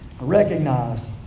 recognized